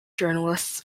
journalists